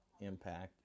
impact